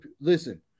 listen